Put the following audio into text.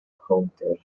powdwr